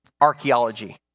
archaeology